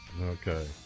Okay